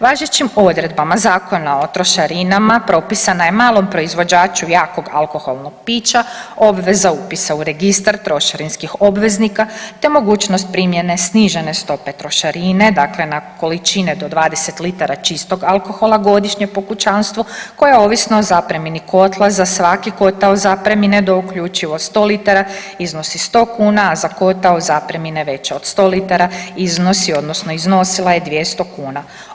Važećim odredbama Zakona o trošarinama propisana je malom proizvođaču jakog alkoholnog pića obveza upisa u registar trošarinskih obveznika, te mogućnost primjene snižene stope trošarine, dakle na količine do 20 litra čistog alkohola godišnje po kućanstvu koja ovisno o zapremnini kotla za svaki kotao zapremine do uključivo 100 litara iznosi 100 kuna, a za kotao zapremine veće od 100 litara iznosi odnosno iznosila je 200 kuna.